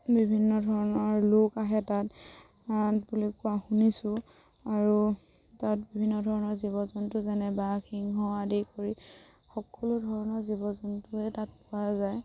বিভিন্ন ধৰণৰ লোক আহে তাত বুলি কোৱা শুনিছোঁ আৰু তাত বিভিন্ন ধৰণৰ জীৱ জন্তু যেনে বাঘ সিংহ আদি কৰি সকলো ধৰণৰ জীৱ জন্তুৱে তাত পোৱা যায়